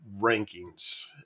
rankings